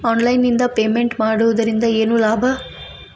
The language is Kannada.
ಆನ್ಲೈನ್ ನಿಂದ ಪೇಮೆಂಟ್ ಮಾಡುವುದರಿಂದ ಏನು ಲಾಭ?